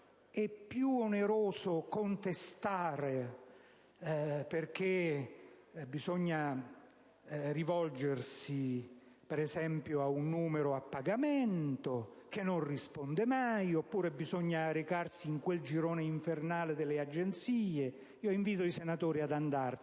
che è oneroso contestare perché bisogna rivolgersi per esempio ad un numero a pagamento che non risponde mai oppure bisogna recarsi in quel girone infernale delle agenzie. Invito i senatori ad andarci,